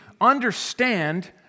understand